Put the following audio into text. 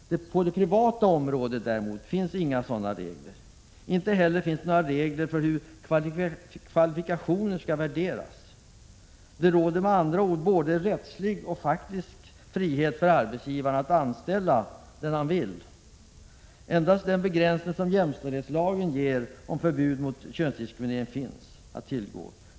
På det privata området finns däremot inga sådana regler. Inte heller finns några regler för hur kvalifikationer skall värderas. Det råder med andra ord både rättsligt och faktiskt frihet för arbetsgivaren att anställa den han vill. Den enda begränsning som gäller är jämställdhetslagens förbud mot könsdiskriminering.